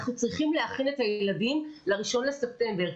אנחנו צריכים להכין את הילדים לראשון לספטמבר.